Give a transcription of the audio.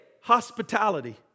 hospitality